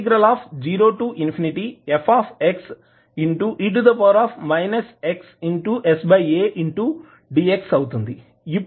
కాబట్టి Lf1a0fxe xsadx అవుతుంది